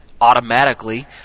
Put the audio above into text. automatically